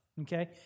okay